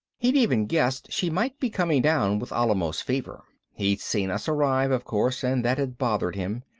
he'd even guessed she might be coming down with alamos fever. he'd seen us arrive, of course, and that had bothered him.